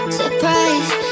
surprise